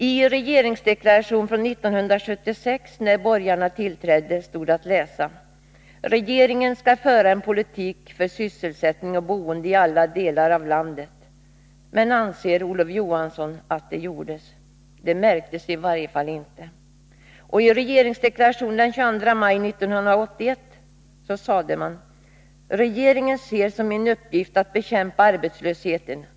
I regeringsdeklarationen från 1976, när borgarna tillträdde, stod att läsa: Regeringen skall föra en politik för sysselsättning och boende i alla delar av landet. Men anser Olof Johansson att det gjordes? Det märktes i varje fall inte. I regeringsdeklarationen den 22 maj 1981 sades: Regeringen ser som sin uppgift att bekämpa arbetslösheten.